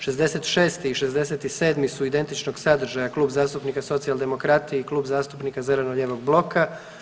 66. i 67. su identičnog sadržaja Klub zastupnika Socijaldemokrati i Klub zastupnika zeleno-lijevog bloka.